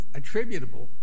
attributable